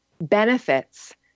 benefits